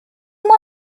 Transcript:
moi